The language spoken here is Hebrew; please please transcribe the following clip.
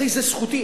הרי זו זכותי.